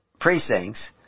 precincts